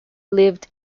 lived